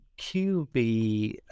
QB